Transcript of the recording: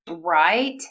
Right